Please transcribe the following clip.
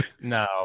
No